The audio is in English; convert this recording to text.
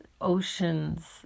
oceans